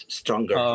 stronger